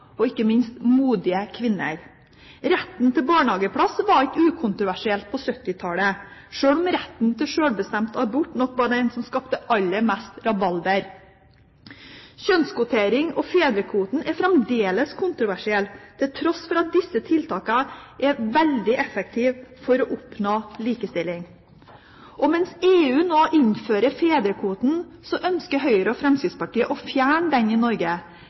og, ikke minst, modige kvinner. Retten til barnehageplass var ikke ukontroversielt på 1970-tallet, sjøl om retten til sjølbestemt abort nok var den saken som skapte aller mest rabalder. Kjønnskvotering og fedrekvoten er fremdeles kontroversielt, til tross for at disse tiltakene er veldig effektive for å oppnå likestilling. Og mens EU nå innfører fedrekvoten, ønsker Høyre og Fremskrittspartiet å fjerne den i Norge